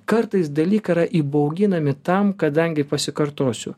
kartais dalykai yra įbauginami tam kadangi pasikartosiu